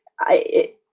I-